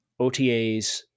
OTAs